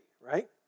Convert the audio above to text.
right